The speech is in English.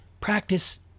practice